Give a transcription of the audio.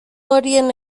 horien